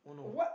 oh no